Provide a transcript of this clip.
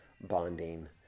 bonding